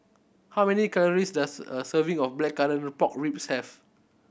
how many calories does a serving of Blackcurrant Pork Ribs have